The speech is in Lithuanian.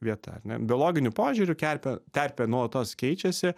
vieta ar ne biologiniu požiūriu kerpė terpė nuolatos keičiasi